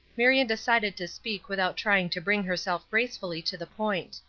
marion decided to speak without trying to bring herself gracefully to the point.